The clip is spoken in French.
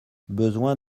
besoin